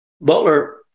Butler